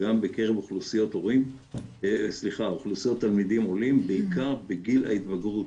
גם בקרב אוכלוסיות תלמידים עולים בעיקר בגיל ההתבגרות